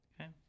Okay